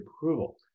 approval